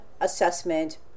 assessment